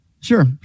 sure